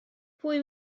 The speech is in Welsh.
pwy